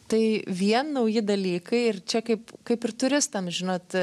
tai vien nauji dalykai ir čia kaip kaip ir turistams žinot